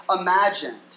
imagined